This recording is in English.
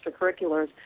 extracurriculars